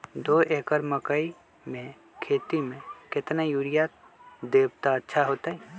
दो एकड़ मकई के खेती म केतना यूरिया देब त अच्छा होतई?